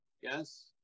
yes